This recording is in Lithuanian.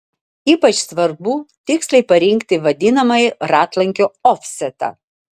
ypač svarbu tiksliai parinkti vadinamąjį ratlankio ofsetą